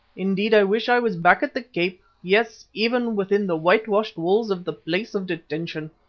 indeed i wish i was back at the cape, yes, even within the whitewashed walls of the place of detention.